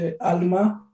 Alma